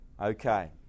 Okay